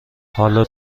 حالا